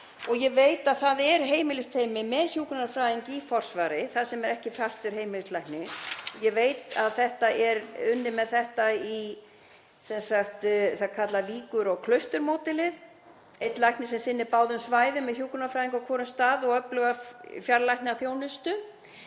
og ég veit að það er heimilisteymi með hjúkrunarfræðing í forsvari þar sem er ekki fastur heimilislæknir. Ég veit að það er unnið með þetta í því sem er kallað Víkur- og Klausturmódelið; einn læknir sem sinnir báðum svæðum með hjúkrunarfræðing á hvorum stað og öfluga fjarlæknaþjónustu.